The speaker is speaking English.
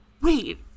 Wait